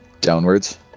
downwards